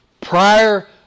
prior